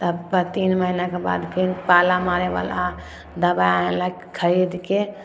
तब तऽ तीन महिनाके बाद फेन पाला मारैवला दवाइ आनलक खरीदके